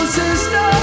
sister